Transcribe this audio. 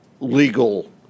legal